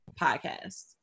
podcast